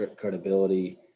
credibility